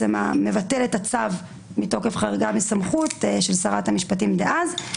שמבטל את הצו מתוקף חריגה בסמכות של שרת המשפטים דאז.